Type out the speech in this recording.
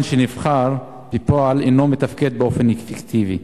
שנבחר בפועל אינו מתפקד באופן אפקטיבי?